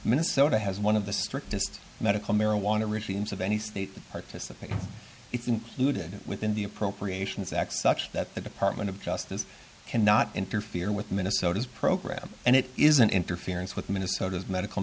minnesota has one of the strictest medical marijuana regimes of any state participating looted within the appropriations act such that the department of justice cannot interfere with minnesota's program and it is an interference with minnesota's medical